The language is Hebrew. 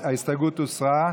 ההסתייגות הוסרה.